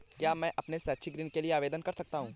क्या मैं अपने शैक्षिक ऋण के लिए आवेदन कर सकता हूँ?